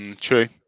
True